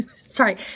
sorry